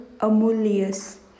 Amulius